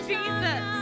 Jesus